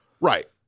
right